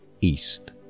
east